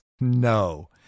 No